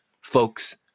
folks